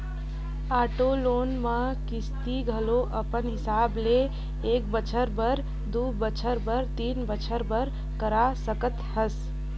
auto loan म किस्ती घलो अपन हिसाब ले एक बछर बर, दू बछर बर, तीन बछर बर करा सकत हस